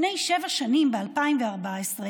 לפני שבע שנים, ב-2014,